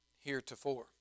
heretofore